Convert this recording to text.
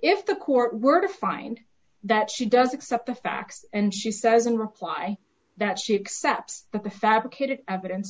if the court were to find that she does accept the facts and she says in reply that she accept the fabricated evidence